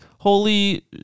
holy